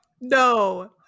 no